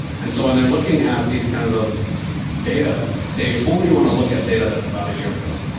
and so when they're looking at these kinds of data, they only want to look at data that's about a year ago.